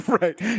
Right